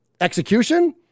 execution